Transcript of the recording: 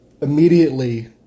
Immediately